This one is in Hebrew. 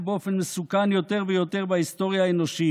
באופן מסוכן יותר ויותר בהיסטוריה האנושית,